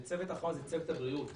צוות אחרון הוא צוות הבריאות,